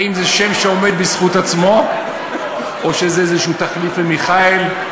האם זה שם שעומד בזכות עצמו או שזה איזה תחליף למיכאל?